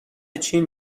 چین